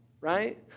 right